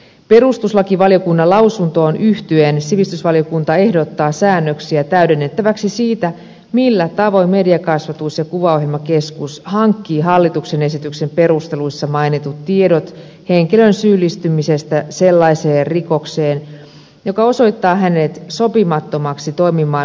perustuslakivaliokunnan lausuntoon yhtyen sivistysvaliokunta ehdottaa säännöksiä täydennettäväksi siitä millä tavoin mediakasvatus ja kuvaohjelmakeskus hankkii hallituksen esityksen perusteluissa mainitut tiedot henkilön syyllistymisestä sellaiseen rikokseen joka osoittaa hänet sopimattomaksi toimimaan kuvaohjelmaluokittelijana